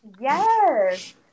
Yes